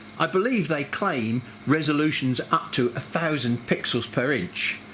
i believe they claim resolutions up to a thousand pixels per inch.